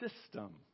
system